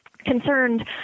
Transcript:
concerned